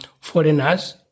foreigners